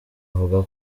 avuga